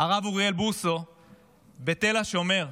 הרב אוריאל בוסו בתל השומר,